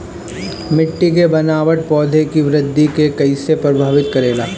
मिट्टी के बनावट पौधों की वृद्धि के कईसे प्रभावित करेला?